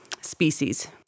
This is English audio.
species